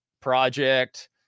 project